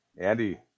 Andy